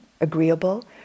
agreeable